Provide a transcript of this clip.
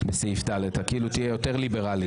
תהיה יותר ליברלי.